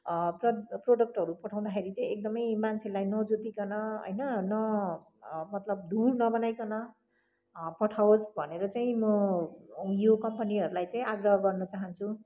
प्र प्रडक्टहरू पठाउँदाखेरि चाहिँ एकदमै मान्छेलाई नजोतिकन होइन न मतलब धुर नबनाइकन पठाओस् भनेर चाहिँ म यो कम्पनीहरूलाई चाहिँ आग्रह गर्न चाहन्छु